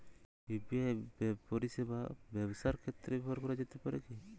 UPI পরিষেবা ব্যবসার ক্ষেত্রে ব্যবহার করা যেতে পারে কি?